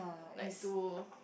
like to